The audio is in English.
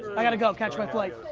i gotta go catch my flight.